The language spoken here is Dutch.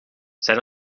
zijn